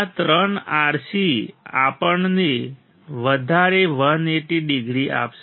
આ ત્રણ R C આપણને વધારે 180 ડિગ્રી આપશે